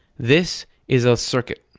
this is a circuit.